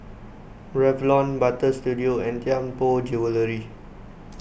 Revlon Butter Studio and Tianpo Jewellery